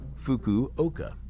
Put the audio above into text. Fukuoka